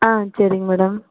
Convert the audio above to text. ஆ சரிங்க மேடம்